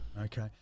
Okay